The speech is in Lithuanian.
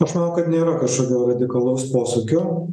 aš manau kad nėra kažkokio radikalaus posūkio